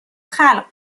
خلق